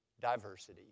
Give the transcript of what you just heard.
diversity